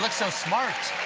like so smart!